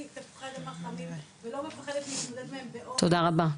תפוחי אדמה חמים ולא מפחדת להתמודד --- תודה רבה.